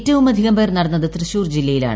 ഏറ്റവും അധികംപേർ നടന്നത് തൃശൂർ ജില്ലയിലാണ്